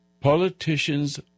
politicians